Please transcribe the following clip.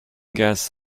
guess